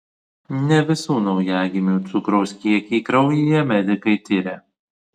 ne visų naujagimių cukraus kiekį kraujyje medikai tiria